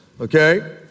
okay